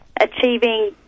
achieving